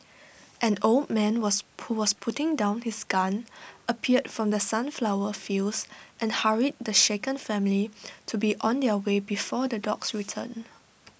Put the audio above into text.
an old man was who was putting down his gun appeared from the sunflower fields and hurried the shaken family to be on their way before the dogs return